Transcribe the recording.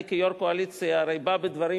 אני כיושב-ראש קואליציה הרי בא בדברים